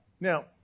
Now